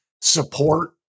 support